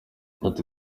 ati